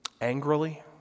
angrily